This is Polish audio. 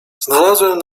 znalazłem